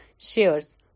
shares